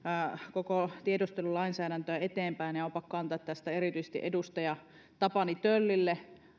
koko tiedustelulainsäädäntöä eteenpäin on pakko antaa erityisesti edustaja tapani töllille